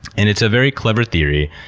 and it's a very clever theory.